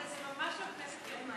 אבל זאת ממש לא כנסת ירוקה,